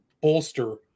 bolster